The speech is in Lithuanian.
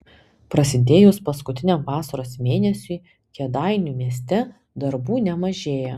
prasidėjus paskutiniam vasaros mėnesiui kėdainių mieste darbų nemažėja